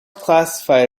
classified